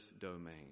domain